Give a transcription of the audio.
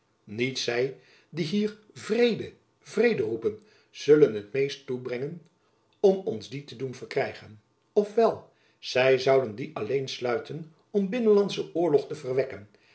niet zy die hier vrede vrede roepen zullen t meest toebrengen om ons dien te doen verkrijgen of wel zy zouden dien alleen sluiten om binnenlandschen oorlog te verwekken